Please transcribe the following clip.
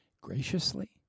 graciously